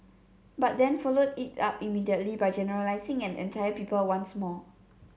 but then followed it up immediately by generalising an entire people once more